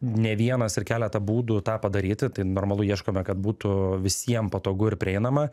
ne vienas ir keleta būdų tą padaryti tai normalu ieškome kad būtų visiem patogu ir prieinama